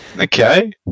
Okay